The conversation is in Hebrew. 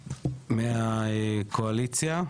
מהקואליציה.